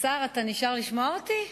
השר, אתה נשאר לשמוע אותי?